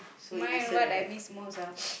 my what I miss most ah